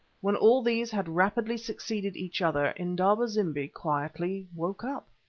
when all these had rapidly succeeded each other, indaba-zimbi quietly woke up.